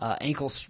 ankle